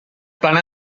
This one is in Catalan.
plana